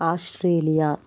Australia